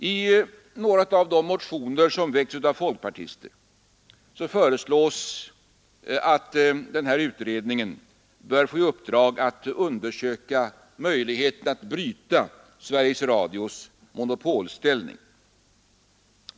I några av de motioner som väckts av folkpartister föreslås att utredningen bör få i uppdrag att undersöka möjligheten att bryta Sveriges Radios monopolställning.